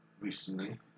recently